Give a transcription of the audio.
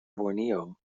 borneo